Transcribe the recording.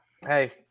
hey